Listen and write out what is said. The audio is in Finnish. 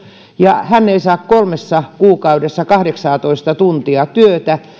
ja hän ei saa kolmessa kuukaudessa kahdeksaatoista tuntia työtä